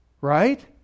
right